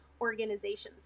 organizations